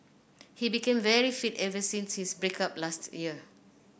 he became very fit ever since his break up last year